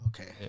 Okay